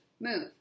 move